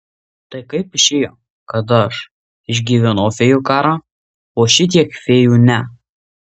tai kaip išėjo kad aš išgyvenau fėjų karą o šitiek fėjų ne